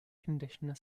conditioner